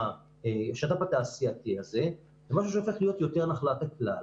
השת"פ התעשייתי הזה למשהו שהופך להיות יותר נחלת הכלל.